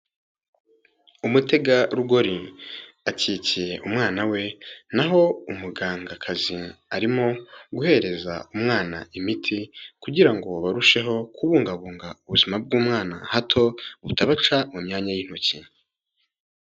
Umutegarugori akikiye umwana we naho umugangakazi arimo guhereza umwana imiti kugira ngo barusheho kubungabunga ubuzima bw'umwana hato butabaca mu myanya y'intoki.